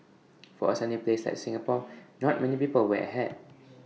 for A sunny place like Singapore not many people wear A hat